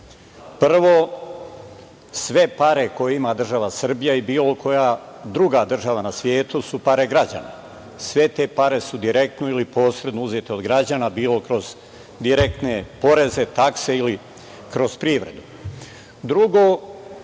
pomoć. Prvo, sve pare koje ima država Srbija i bilo koja druga država na svetu su pare građana. Sve te pare su direktno ili posredno uzete od građana, bilo kroz direktne poreze, takse ili kroz privredu. Drugo,